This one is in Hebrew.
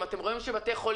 הם משלמי המסים הגדולים